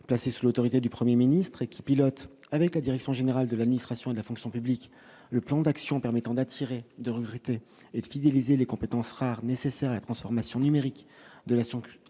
placé sous l'autorité du 1er ministre et qui pilotent avec la direction générale de l'administration de la fonction publique, le plan d'action permettant d'attirer, de recruter et de fidéliser les compétences rares nécessaires à la transformation numérique de la science